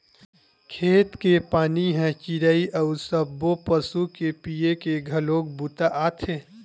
खेत के पानी ह चिरई अउ सब्बो पसु के पीए के घलोक बूता आथे